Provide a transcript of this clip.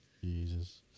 Jesus